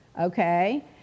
okay